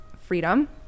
freedom